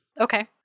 Okay